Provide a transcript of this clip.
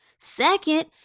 Second